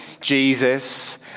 Jesus